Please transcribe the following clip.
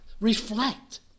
Reflect